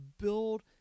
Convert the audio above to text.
build